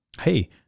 Hey